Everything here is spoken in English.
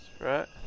right